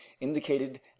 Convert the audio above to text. indicated